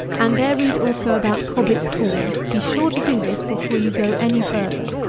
and there read also about cobbett's corn. be sure to do this before you go any further.